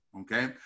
Okay